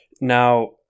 now